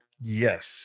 Yes